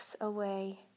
away